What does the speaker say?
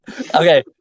Okay